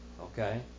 okay